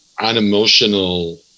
unemotional